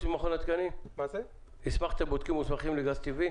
ממכון התקנים הסמכתם בודקים מוסמכים לגז טבעי?